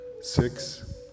six